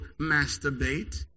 masturbate